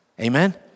Amen